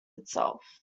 itself